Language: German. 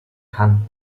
kann